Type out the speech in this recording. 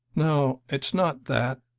no it's not that